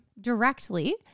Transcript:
directly